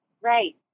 Right